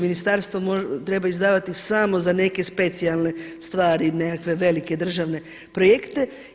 Ministarstvo treba izdavati samo za neke specijalne stvari, nekakve velike državne projekte.